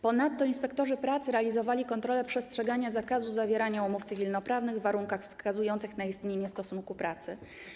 Ponadto inspektorzy pracy realizowali kontrolę przestrzegania zakazu zawierania umów cywilnoprawnych w warunkach wskazujących na istnienie stosunku pracy.